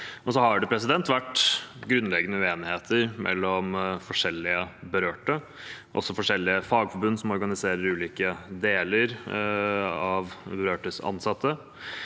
Det har også vært grunnleggende uenigheter mellom forskjellige berørte, også i forskjellige fagforbund som organiserer ulike deler av de berørtes ansatte.